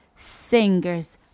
singers